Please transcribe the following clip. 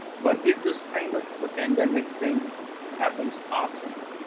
but if this kind of pandemic thing happens often,